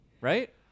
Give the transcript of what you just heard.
right